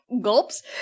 gulps